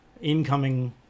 incoming